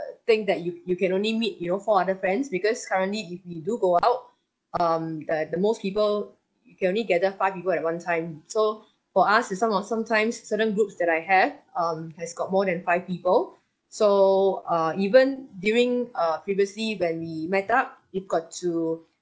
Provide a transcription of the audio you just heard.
think that you you can only meet your four other friends because currently if we do go out um the the most people can only gather five people at one time so for us is some or sometimes certain groups that I have um has got more than five people so uh even during uh previously when we met up you've got to